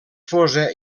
fosa